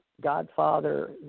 godfather